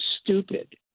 stupid